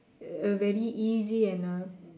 a very easy and a